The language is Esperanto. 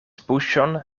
buŝon